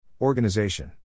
Organization